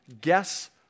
guess